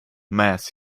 mass